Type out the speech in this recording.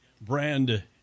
brand